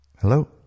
Hello